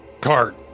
cart